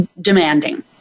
demanding